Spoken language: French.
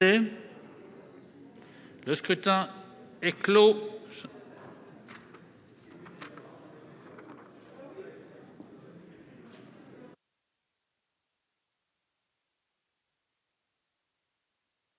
Le scrutin est clos.